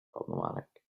problematic